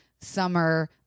summer